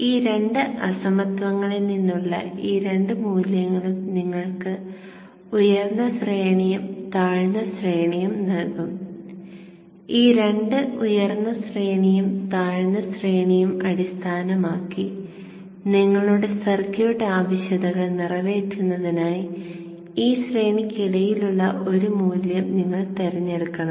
അതിനാൽ ഈ രണ്ട് അസമത്വങ്ങളിൽ നിന്നുള്ള ഈ രണ്ട് മൂല്യങ്ങളും നിങ്ങൾക്ക് ഉയർന്ന ശ്രേണിയും താഴ്ന്ന ശ്രേണിയും നൽകും ഈ രണ്ട് ഉയർന്ന ശ്രേണിയും താഴ്ന്ന ശ്രേണിയും അടിസ്ഥാനമാക്കി നിങ്ങളുടെ സർക്യൂട്ട് ആവശ്യകതകൾ നിറവേറ്റുന്നതിനായി ഈ ശ്രേണിയ്ക്കിടയിലുള്ള ഒരു മൂല്യം നിങ്ങൾ തിരഞ്ഞെടുക്കണം